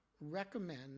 recommend